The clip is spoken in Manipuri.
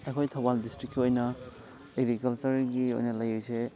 ꯑꯩꯈꯣꯏ ꯊꯧꯕꯥꯜ ꯗꯤꯁꯇ꯭ꯔꯤꯛꯀꯤ ꯑꯣꯏꯅ ꯑꯦꯒ꯭ꯔꯤꯀꯜꯆꯔꯒꯤ ꯑꯣꯏꯅ ꯂꯩꯔꯤꯁꯦ